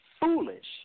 foolish